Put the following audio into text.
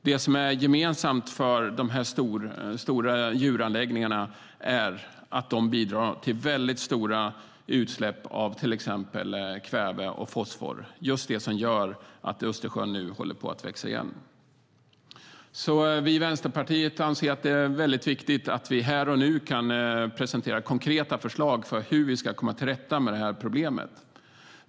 Det som är gemensamt för dessa stora djuranläggningar är att de bidrar till väldigt stora utsläpp av till exempel kväve och fosfor - just det som gör att Östersjön nu håller på att växa igen. Vi i Vänsterpartiet anser att det är väldigt viktigt att vi här och nu kan presentera konkreta förslag för hur vi ska komma till rätta med problemet.